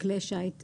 בכלי השיט האלה: